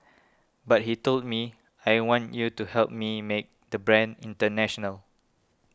but he told me I want you to help me make the brand international